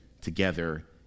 together